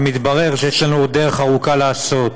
ומתברר שיש לנו עוד דרך ארוכה לעשות.